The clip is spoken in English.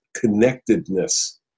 connectedness